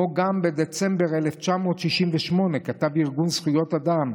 גם בדצמבר 1968 כתב ארגון זכויות אדם,